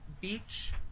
beach